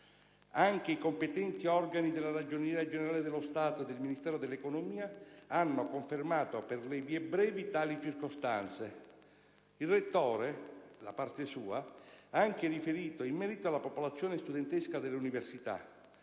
Anche i competenti organi della Ragioneria generale dello Stato e del Ministero dell'economia hanno confermato, per le vie brevi, tali circostanze. Il Rettore, da parte sua, ha anche riferito in merito alla popolazione studentesca dell'Università: